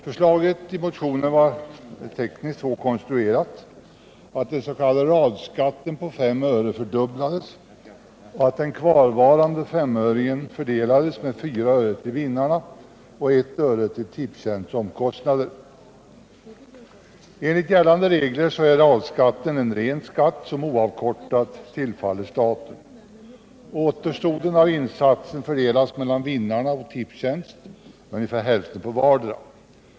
Förslaget i motionen var tekniskt så konstruerat att den s.k. radskatten på Söre fördubblades, medan den kvarvarande femöringen fördelades med 4 öre till vinnarna och 1 öre till Tipstjänsts omkostnader. Enligt gällande regler är radskatten en ren skatt som oavkortat tillfaller staten. Återstoden av insatsen fördelas mellan vinnarna och Tipstjänst med ungefär hälften på vardera.